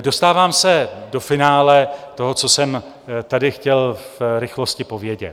Dostávám se do finále toho, co jsem tady chtěl v rychlosti povědět.